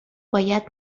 باید